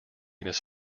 this